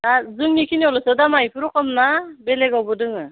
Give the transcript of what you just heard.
दा जोंनिखिनियावलसो दामा एफोर रखमना बेलेगावबो दोङो